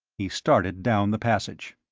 he started down the passage.